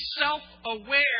self-aware